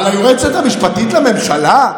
אבל על היועצת המשפטית לממשלה?